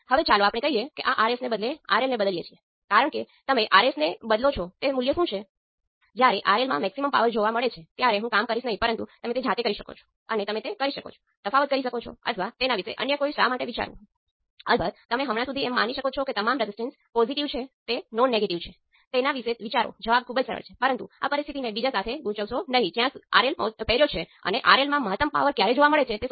હવે તે ખબર પડી છે કે આ હાઇબ્રિડ પેરામિટર એ ચોક્કસ પ્રકારના ટ્રાન્ઝિસ્ટર કરો ત્યારે તમે તે વસ્તુઓ જોશો